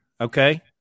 Okay